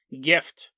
gift